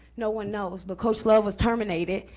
no one knows, but coach love was terminated,